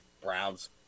Browns